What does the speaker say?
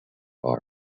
bar